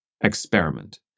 experiment